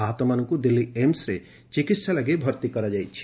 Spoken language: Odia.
ଆହତମାନଙ୍କୁ ଦିଲ୍ଲୀ ଏମ୍ସରେ ଚିକିହା ଲାଗି ଭର୍ତ୍ତି କରାଯାଇଛି